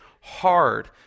hard